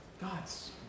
God's